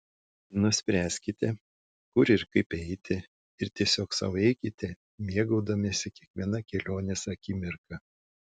nuspręskite kur ir kaip eiti ir tiesiog sau eikite mėgaudamiesi kiekviena kelionės akimirka